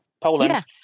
Poland